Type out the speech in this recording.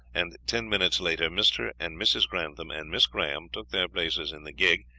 and ten minutes later mr. and mrs. grantham and miss graham took their places in the gig,